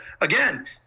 again